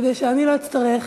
כדי שאני לא אצטרך